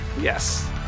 Yes